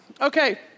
Okay